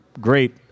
great